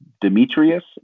Demetrius